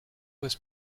was